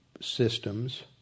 systems